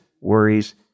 worries